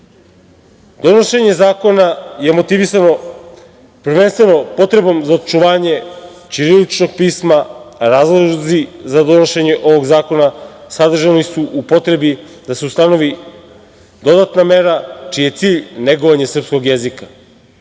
mestu. Donošenje zakona je motivisano prvenstveno potrebom za očuvanje ćiriličnog pisma. Razlozi za donošenje ovog zakona sadržani su u potrebi da se ustanovi dodatna mera čiji je cilj negovanje srpskog jezika,